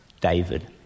David